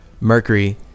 Mercury